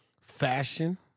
fashion